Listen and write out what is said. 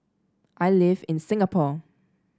I live in Singapore